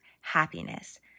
happiness